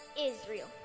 Israel